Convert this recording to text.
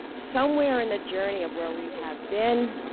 somewhere in the journey of where we have been,